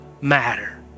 matter